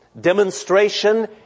demonstration